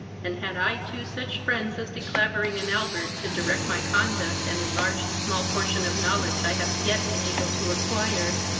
and had i two such friends as de clavering and albert, to direct my conduct and enlarge the small portion of knowledge i have yet been able to acquire,